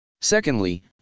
Secondly